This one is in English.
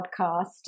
podcast